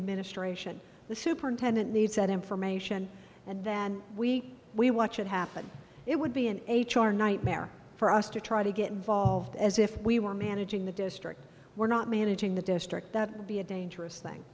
administration the superintendent needs that information and then we we watch it happen it would be an h r nightmare for us to try to get involved as if we were managing the district we're not managing the district that would be a dangerous thing